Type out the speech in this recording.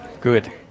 Good